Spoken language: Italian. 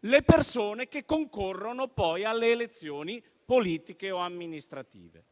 le persone che concorrono poi alle elezioni politiche o amministrative.